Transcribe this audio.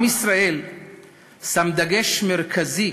עם ישראל שם דגש מרכזי